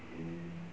mm